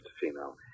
female